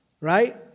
right